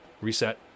reset